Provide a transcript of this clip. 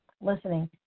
listening